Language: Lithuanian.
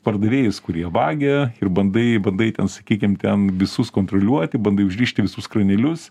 pardavėjais kurie vagia ir bandai bandai ten sakykim ten visus kontroliuoti bandai užrišti visus kranelius